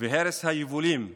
והרס היבולים בנגב,